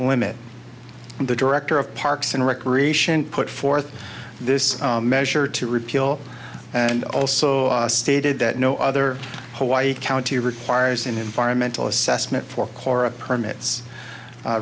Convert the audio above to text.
and the director of parks and recreation put forth this measure to repeal and also stated that no other hawaii county requires an environmental assessment for kora permits